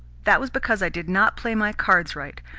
that was because i did not play my cards right.